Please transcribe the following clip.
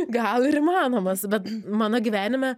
gal ir įmanomas bet mano gyvenime